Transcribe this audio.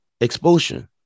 expulsion